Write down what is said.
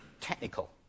technical